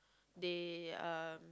they uh